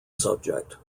subject